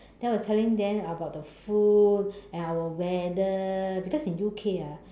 then I was telling them about the food and our weather because in U_K ah